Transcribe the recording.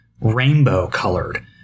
rainbow-colored